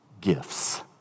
gifts